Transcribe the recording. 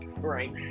right